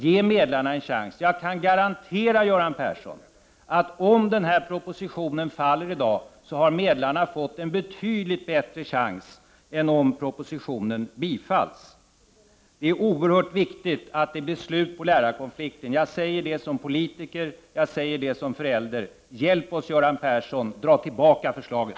Ge medlarna en chans! Jag kan garantera Göran Persson att om propositionen faller i dag så har medlarna fått en betydligt bättre chans än om propositionen bifalls. Det är oerhört viktigt att det blir slut på lärarkonflikten. Jag säger detta som politiker och som förälder: Hjälp oss, Göran Persson — dra tillbaka förslaget!